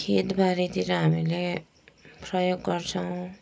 खेत बारीतिर हामीले प्रयोग गर्छौँ